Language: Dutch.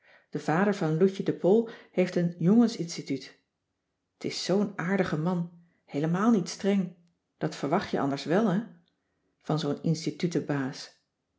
de vader van loutje de poll heeft een jongensinstituut t is zoo'n aardige man heelemaal niet streng dat verwacht je anders wel hè van zoo'n institutenbaas nu